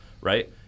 right